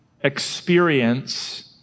experience